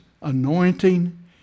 anointing